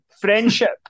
friendship